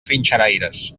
trinxeraires